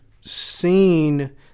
seen